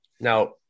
Now